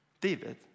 David